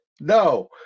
No